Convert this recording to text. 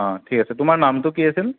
অঁ ঠিক আছে তোমাৰ নামটো কি আছিল